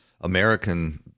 American